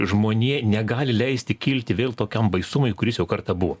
žmonija negali leisti kilti vėl tokiam baisumui kuris jau kartą buvo